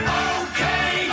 okay